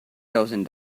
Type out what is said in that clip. thousand